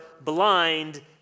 blind